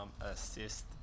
assist